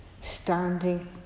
standing